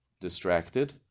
distracted